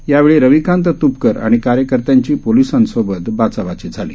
यावेळीरविकांतत्पकरआणिकार्यकर्त्यांचीपोलिसांसोबतबाचाबाचीझाली